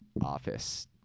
office